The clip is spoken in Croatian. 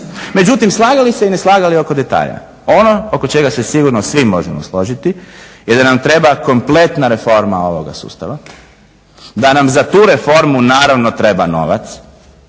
Međutim slagali se ili ne slagali oko detalja, ono oko čega se sigurno svi možemo složiti jer nam treba kompletna reforma ovoga sustava. Da nam za tu reformu naravno treba novac,